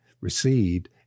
received